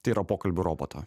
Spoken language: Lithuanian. tai yra pokalbių roboto